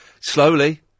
Slowly